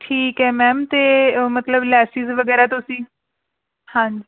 ਠੀਕ ਹੈ ਮੈਮ ਅਤੇ ਉਹ ਮਤਲਬ ਲੈਸਿਸ ਵਗੈਰਾ ਤੁਸੀਂ ਹਾਂਜੀ